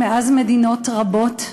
שמאז מדינות רבות,